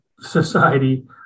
society